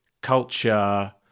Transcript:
culture